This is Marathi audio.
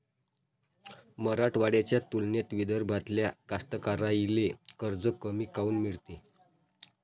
मराठवाड्याच्या तुलनेत विदर्भातल्या कास्तकाराइले कर्ज कमी काऊन मिळते?